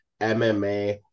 mma